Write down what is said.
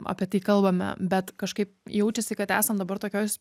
apie tai kalbame bet kažkaip jaučiasi kad esam dabar tokioj